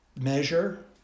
measure